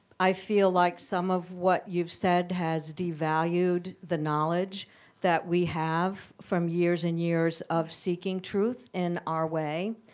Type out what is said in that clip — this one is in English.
i feel like some of what you've said has devalued the knowledge that we have from years and years of seeking truth in our way.